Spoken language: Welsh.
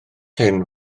hyn